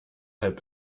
halb